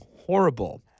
horrible